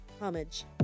Homage